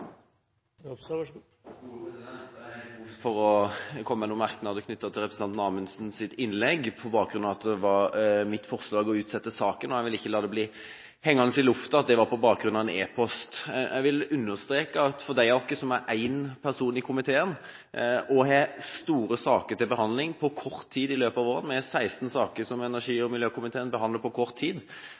innlegg på bakgrunn av at det var mitt forslag å utsette saken. Jeg vil ikke la det bli hengende i luften at det var på bakgrunn av en e-post. Jeg vil understreke at for de av oss fra partier med én person i komiteen og med store saker til behandling på kort tid i løpet av våren – det er 16 saker som energi- og miljøvernkomiteen behandler på kort tid